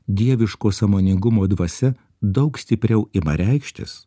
dieviško sąmoningumo dvasia daug stipriau ima reikštis